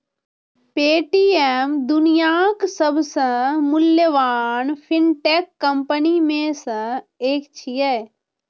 Paytm दुनियाक सबसं मूल्यवान फिनटेक कंपनी मे सं एक छियै